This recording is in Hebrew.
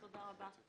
תודה רבה.